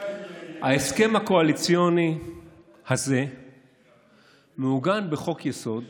ההסכם הקואליציוני הזה מעוגן בחוק-יסוד